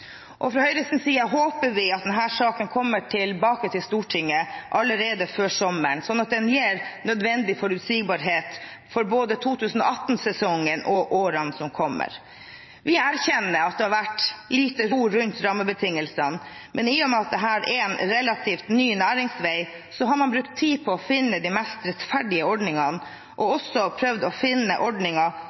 Fra Høyres side håper vi at denne saken kommer tilbake til Stortinget allerede før sommeren, slik at det er mer, nødvendig, forutsigbarhet for både 2018-sesongen og årene som kommer. Vi erkjenner at det har vært lite ro rundt rammebetingelsene, men i og med at dette er en relativt ny næringsvei, har man brukt tid på å finne de mest rettferdige ordningene og også prøvd å finne ordninger